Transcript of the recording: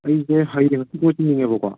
ꯑꯁꯦ ꯍꯌꯦꯡ ꯍꯥꯡꯆꯤꯠꯀꯤ ꯑꯣꯏꯗꯣꯏꯅꯦꯕꯀꯣ